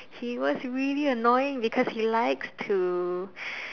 he was really annoying because he likes to